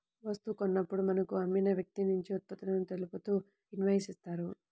వస్తువు కొన్నప్పుడు మనకు అమ్మిన వ్యక్తినుంచి ఉత్పత్తులను తెలుపుతూ ఇన్వాయిస్ ఇత్తారు